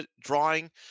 drawing